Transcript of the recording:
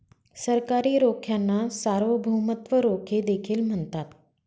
सरकारी रोख्यांना सार्वभौमत्व रोखे देखील म्हणतात